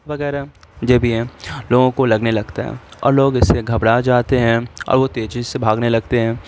وغیرہ جو بھی ہیں لوگوں کو لگنے لگتا ہے اور لوگ اس سے گھبرا جاتے ہیں اور وہ تیزی سے بھاگنے لگتے ہیں